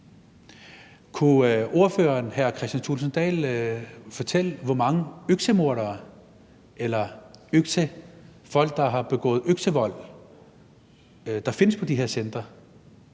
Kunne ordføreren, hr. Kristian Thulesen Dahl, fortælle, hvor mange øksemordere eller folk, der har begået øksevold, der findes på de her centre?